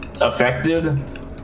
affected